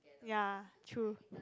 ya true